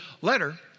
letter